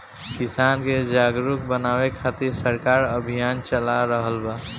किसान के जागरुक बानवे खातिर सरकार अभियान चला रहल बा